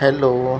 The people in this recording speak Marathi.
हॅलो